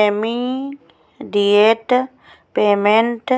immediate payment